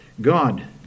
God